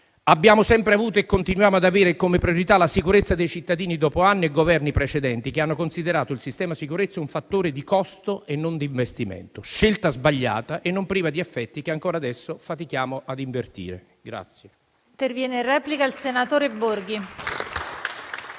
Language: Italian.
Abbiamo sempre avuto e continuiamo ad avere come priorità la sicurezza dei cittadini, dopo anni e Governi precedenti che hanno considerato il sistema sicurezza un fattore di costo e non di investimento; scelta sbagliata e non priva di effetti, che ancora adesso fatichiamo a invertire.